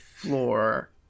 floor